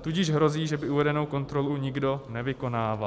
tudíž hrozí, že by uvedenou kontrolu nikdo nevykonával.